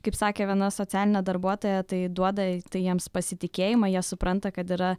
kaip sakė viena socialinė darbuotoja tai duoda tai jiems pasitikėjimą jie supranta kad yra